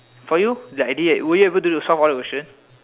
for you the idea were you able to solve all the questions